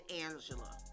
Angela